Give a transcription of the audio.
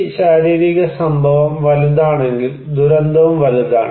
ഈ ശാരീരിക സംഭവം വലുതാണെങ്കിൽ ദുരന്തവും വലുതാണ്